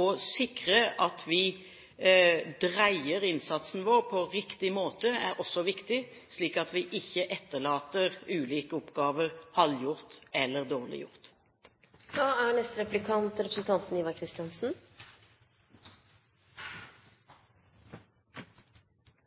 Å sikre at vi dreier innsatsen vår på riktig måte, er også viktig, slik at vi ikke etterlater ulike oppgaver halvgjort eller dårlig gjort. Det er